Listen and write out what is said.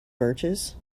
birches